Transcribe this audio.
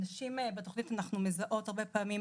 נשים בתוכנית שלנו אנחנו מזהות הרבה מאוד פעמים,